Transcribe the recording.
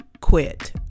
quit